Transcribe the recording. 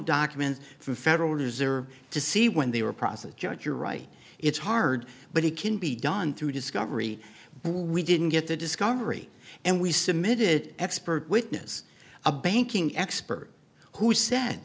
documents from the federal reserve to see when they were processed junk you're right it's hard but it can be done through discovery but we didn't get the discovery and we submitted expert witness a banking expert who said